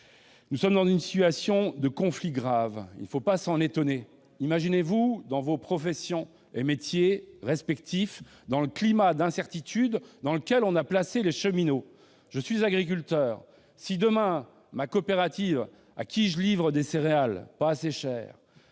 Nous sommes dans une situation de conflit grave, et il ne faut pas s'en étonner. Imaginez-vous vivre, dans vos professions et métiers respectifs, le climat d'incertitude dans lequel on a placé les cheminots ? Je suis agriculteur. Imaginez que, demain, la coopérative à laquelle je livre des céréales- pas assez cher